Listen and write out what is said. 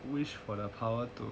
wish for the power to